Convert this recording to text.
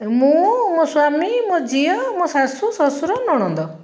ମୁଁ ମୋ ସ୍ୱାମୀ ମୋ ଝିଅ ମୋ ଶାଶୁ ଶଶୁର ନଣନ୍ଦ